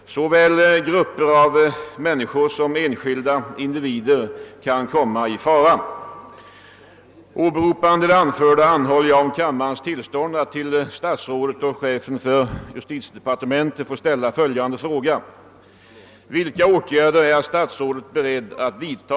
Såväl grupper av människor som enskilda individer kan komma i fara. Åberopande det anförda anhåller jag om kammarens tillstånd att till statsrådet och chefen för justitiedepartementet få ställa följande fråga: